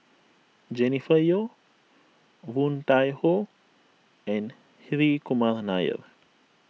Jennifer Yeo Woon Tai Ho and Hri Kumar Nair